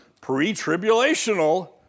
pre-tribulational